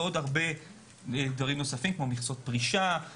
מקבלים גם דברים נוספים כמו מכסות פרישה,